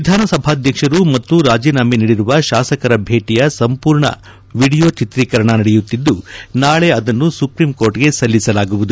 ವಿಧಾನಸಭಾಧ್ಯಕ್ಷರು ಮತ್ತು ರಾಜೀನಾಮೆ ನೀಡಿರುವ ಶಾಸಕರ ಭೇಟಿಯ ಸಂಪೂರ್ಣ ವಿಡಿಯೋ ಚಿತ್ರೀಕರಣ ನಡೆಯುತ್ತಿದ್ದು ನಾಳೆ ಅದನ್ನು ಸುಪ್ರೀಂಕೋರ್ಟ್ಗೆ ಸಲ್ಲಿಸಲಾಗುವುದು